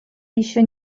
еще